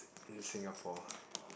in Singapore